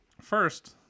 First